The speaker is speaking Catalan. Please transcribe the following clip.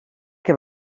que